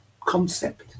concept